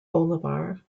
bolivar